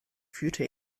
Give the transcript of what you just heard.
führte